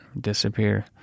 disappear